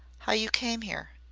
how you came here.